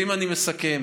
אם אני מסכם,